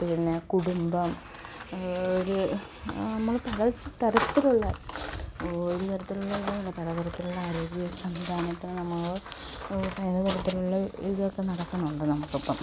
പിന്നെ കുടുംബം ഒരു നമ്മൾ പല തരത്തിലുള്ള ഒരുതരത്തിലുള്ള അല്ല പലതരത്തിലുള്ള ആരോഗ്യ സംവിധാനത്തിനു നമ്മൾ പലതരത്തിലുള്ള ഇതൊക്കെ നടക്കുന്നുണ്ട് നമുക്കിപ്പം